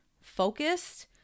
focused